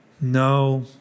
No